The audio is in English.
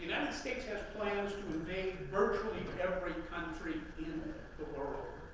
states has plans to invade virtually every country in the world.